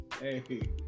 Hey